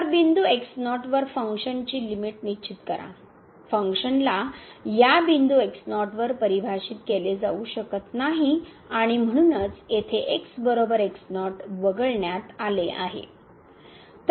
तर बिंदू x0 वर फंक्शनची लिमिट निश्चित करा फंक्शनला या बिंदू x0 वर परिभाषित केले जाऊ शकत नाही आणि म्हणूनच येथे x बरोबर वगळण्यात आले आहे